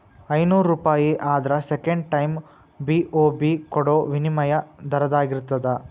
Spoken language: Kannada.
ಐನೂರೂಪಾಯಿ ಆದ್ರ ಸೆಕೆಂಡ್ ಟೈಮ್.ಬಿ.ಒ.ಬಿ ಕೊಡೋ ವಿನಿಮಯ ದರದಾಗಿರ್ತದ